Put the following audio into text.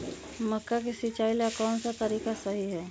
मक्का के सिचाई ला कौन सा तरीका सही है?